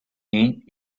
ain’t